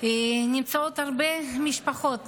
נמצאות הרבה משפחות.